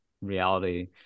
reality